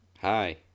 Hi